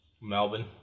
Melbourne